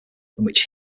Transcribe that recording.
which